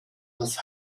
das